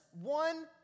one